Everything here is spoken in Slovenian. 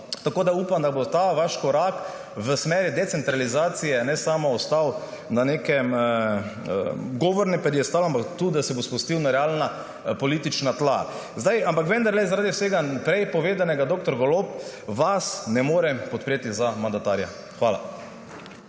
Tako da upam, da ta vaš korak v smeri decentralizacije ne bo ostal samo na nekem govornem piedestalu, ampak da se bo tudi spustil na realna politična tla. Vendarle, zaradi vsega prej povedanega, dr. Golob, vas ne morem podpreti za mandatarja. Hvala.